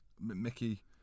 Mickey